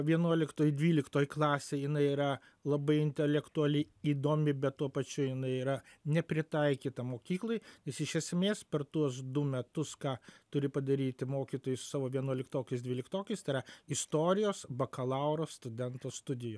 vienuoliktoj dvyliktoj klasėj jinai yra labai intelektuali įdomi bet tuo pačiu jinai yra nepritaikyta mokyklai jis iš esmės per tuos du metus ką turi padaryti mokytojai su savo vienuoliktokais dvyliktokais tai yra istorijos bakalauro studento studijo